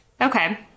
Okay